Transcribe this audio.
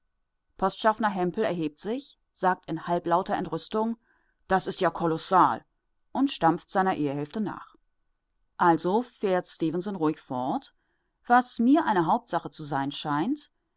postschaffner hempel erhebt sich sagt in halblauter entrüstung das ist ja kolossal und stampft seiner ehehälfte nach also fährt stefenson ruhig fort was mir eine hauptsache zu sein scheint